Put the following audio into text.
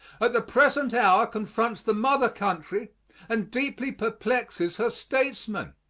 at the present hour confronts the mother country and deeply perplexes her statesmen.